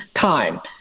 time